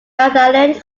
magdalene